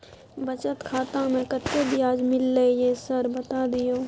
बचत खाता में कत्ते ब्याज मिलले ये सर बता दियो?